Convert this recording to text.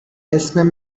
اسم